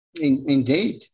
Indeed